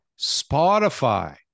Spotify